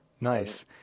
Nice